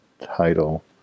title